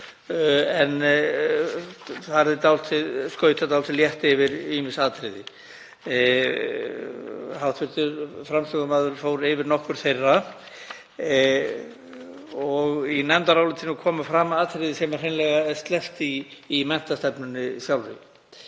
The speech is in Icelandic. En það er skautað dálítið létt yfir ýmis atriði. Hv. framsögumaður fór yfir nokkur þeirra og í nefndarálitinu koma fram atriði sem er hreinlega sleppt í menntastefnunni sjálfri.